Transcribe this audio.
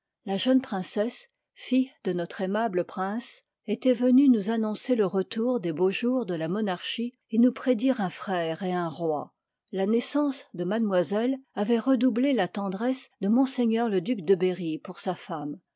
la jeune princesse fille de notre aimable prince étoit venue nous annoncer le retour des beaux jours de la monarchie et nous prédire un frère et vm roi la naissance de mademoiselle avoit redoublé la tendresse de ms le duc de berry pour sa femme